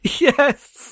Yes